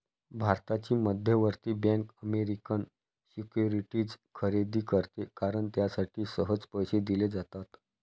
भारताची मध्यवर्ती bank American securities खरेदी करते कारण त्यासाठी सहज पैसे दिले जातात